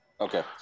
Okay